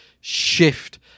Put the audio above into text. shift